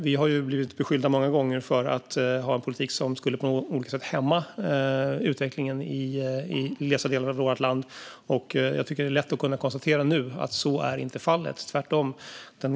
Vi har många gånger blivit beskyllda för att ha en politik som på olika sätt skulle hämma utvecklingen i glesbefolkade delar av vårt land. Det är lätt att nu konstatera att så inte är fallet, tvärtom.